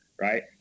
right